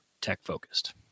tech-focused